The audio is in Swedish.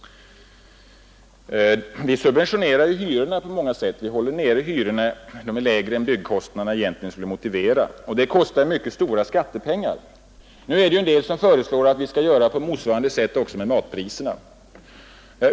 Vi subventionerar hyrorna på många sätt: vi håller nere hyrorna, så att de är lägre än de höga byggkostnader som hyresregleringen medfört. Detta kräver mycket stora skattepengar. Nu föreslår en del människor att vi skall göra på motsvarande sätt också med matpriserna.